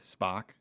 Spock